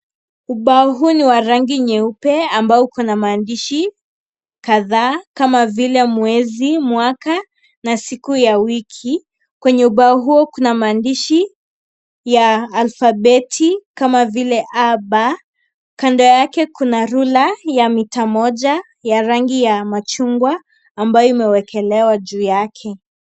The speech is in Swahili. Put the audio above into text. Ubao huu ni wa rangi nyeupe ambao kuna maandishi kadhaa kama vile mwezi, mwaka na siku za wiki kwenye ubao huu kuna maandishi ya alfabeti kama vile a,b kando yake kuna rula ya mita moja ya rangi machungwa ambayo imeekelewa juu yake.